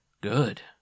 Good